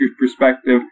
perspective